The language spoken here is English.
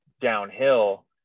downhill